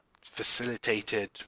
facilitated